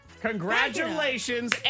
Congratulations